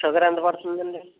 sugar ఎంత పడుతుంది అండి